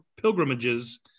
pilgrimages